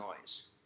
noise